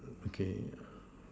okay